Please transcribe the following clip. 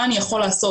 מה אני יכול לעשות.